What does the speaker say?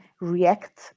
react